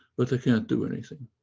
but they can't do anything.